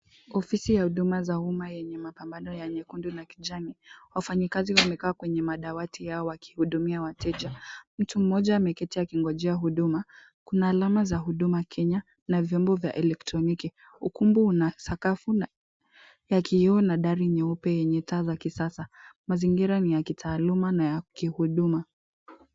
Ofisi ya huduma za umma yenye mapambano yenye kundi la kijani, wafanyakazi wamekaa kwenye madawati yao wakihudumia wateja, mtu mmoja ameketi akingojea huduma, kuna alama za Huduma Kenya na vyombo vya elektroniki, ukumbu una sakafu ya kioo na dari nyeupe yenye taa za kisasa, mazingira ni ya kitaaluma na ya kihuduma.